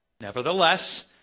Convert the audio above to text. Nevertheless